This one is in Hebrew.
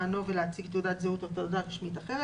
מענו ולהציג תעודת זהו או תעודה רשמית אחרת.